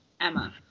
emma